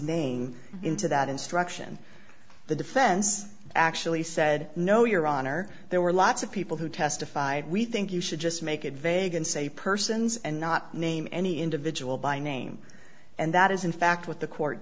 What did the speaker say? name into that instruction the defense actually said no your honor there were lots of people who testified we think you should just make it vague and say persons and not name any individual by name and that is in fact what the court